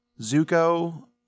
Zuko